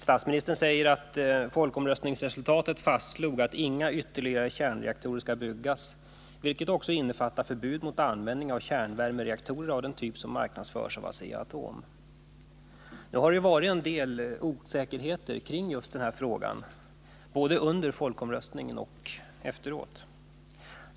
Statsministern säger att folkomröstningsresultatet fastslog att inga ytterligare kärnreaktorer skall byggas, vilket också innefattar förbud. mot användning av kärnvärmereaktorer av den typ som marknadsförs av Asea-Atom. Det har ju varit en del osäkerhet kring just den frågan både under folkomröstningen och efteråt.